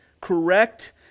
correct